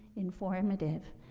informative,